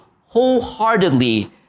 wholeheartedly